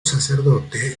sacerdote